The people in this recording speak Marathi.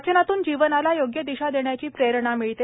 वाचनातून जीवनाला योग्य दिशा देण्याची प्रेरणा मिळते